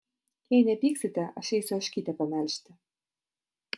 jei nepyksite aš eisiu ožkytę pamelžti